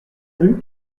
rue